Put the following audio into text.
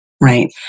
Right